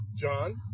John